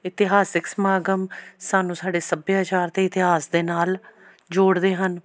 ਇਤਿਹਾਸਕ ਸਮਾਗਮ ਸਾਨੂੰ ਸਾਡੇ ਸੱਭਿਆਚਾਰ ਅਤੇ ਇਤਿਹਾਸ ਦੇ ਨਾਲ਼ ਜੋੜਦੇ ਹਨ